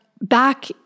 back